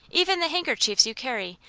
even the handkerchiefs you carry,